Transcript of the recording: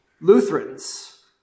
Lutherans